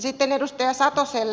sitten edustaja satoselle